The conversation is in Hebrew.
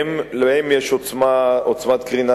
להן יש עוצמת קרינה,